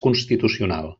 constitucional